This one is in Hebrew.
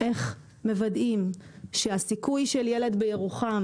איך מוודאים שהסיכוי של ילד בירוחם,